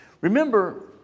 Remember